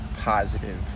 positive